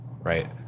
right